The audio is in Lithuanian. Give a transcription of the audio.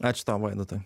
ačiū tau vaidotai